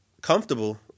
comfortable